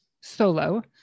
solo